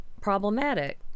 Problematic